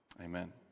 amen